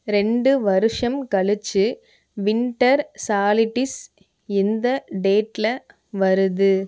ரெண்டு வருஷம் கழிச்சு விண்ட்டர் சாலிட்டிஸ் எந்த டேட்டில் வருது